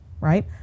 right